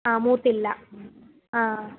ആ മൂത്തില്ല ഉം ആ